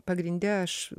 pagrinde aš